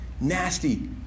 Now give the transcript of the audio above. nasty